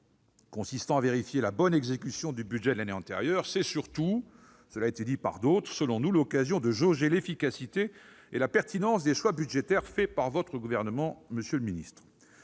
consistant à vérifier la bonne exécution du budget de l'année antérieure. C'est surtout, selon nous, l'occasion de jauger l'efficacité et la pertinence des choix budgétaires faits par le Gouvernement. Au cours